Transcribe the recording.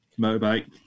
Motorbike